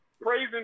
praising